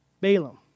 Balaam